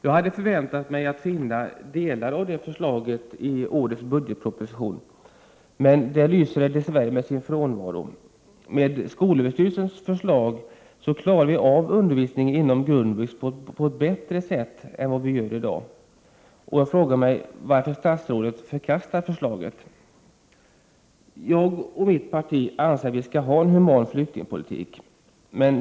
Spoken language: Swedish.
Jag hade förväntat mig att finna delar av det förslaget i årets budgetproposition, men det lyser dess värre med sin frånvaro. Med skolöverstyrelsens förslag skulle vi klara av undervisningen inom grundvux på ett bättre sätt än vi gör i dag. Jag frågar varför statsrådet förkastar förslaget. Jag och mitt parti anser att vi skall ha en human flyktingpolitik.